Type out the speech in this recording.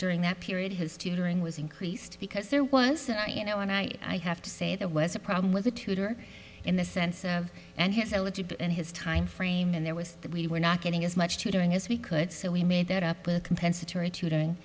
during that period his tutoring was increased because there was you know and i have to say there was a problem with the tutor in the sense of and his ability and his timeframe and there was that we were not getting as much tutoring as we could so we made that up with compensatory tutoring